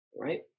Right